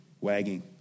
wagging